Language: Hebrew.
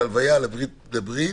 להלוויה ולברית